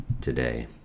today